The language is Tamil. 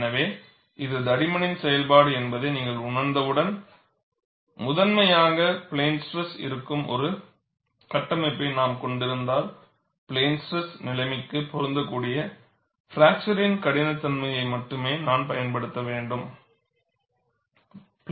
எனவே இது தடிமனின் செயல்பாடு என்பதை நீங்கள் உணர்ந்தவுடன் முதன்மையாக பிளேன் ஸ்ட்ரெஸ் இருக்கும் ஒரு கட்டமைப்பை நான் கொண்டிருந்தால் பிளேன் ஸ்ட்ரெஸ் நிலைமைக்கு பொருந்தக்கூடிய பிராக்சர் கடினத்தன்மையை மட்டுமே நான் பயன்படுத்த வேண்டும்